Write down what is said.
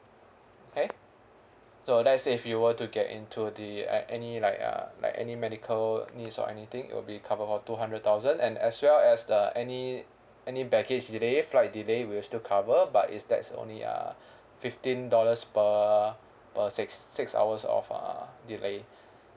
K so let's say if you were to get into the a~ any like uh like any medical needs or anything it will be cover for two hundred thousand and as well as the any any baggage delay flight delay we'll still cover but it's that's only uh fifteen dollars per per six six hours of uh delay